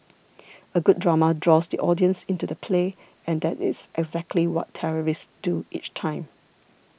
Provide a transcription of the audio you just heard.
a good drama draws the audience into the play and that is exactly what terrorists do each time